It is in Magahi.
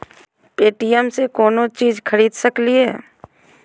पे.टी.एम से कौनो चीज खरीद सकी लिय?